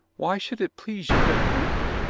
why should it please you to hurt me?